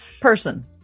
Person